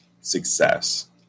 success